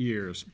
years